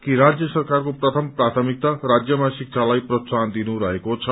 कि राज्य सरकारको प्राथम प्राथमिकता राजयमा शिक्षालाई प्रोत्साहन दिनु रहेको छ